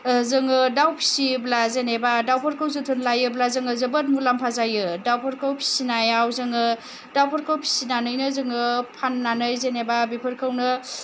जोङो दाउ फिसियोब्ला जेनेबा दाउफोरखौ जोथोन लायोब्ला जोङो जोबोद मुलाम्फा जायो दाउफोरखौ फिसिनायाव जोङो दाउफोरखौ फिसिनानैनो जोङो फाननानै जेनेबा बेफोरखौनो